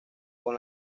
con